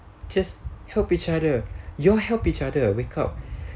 just help each other your help each other wake up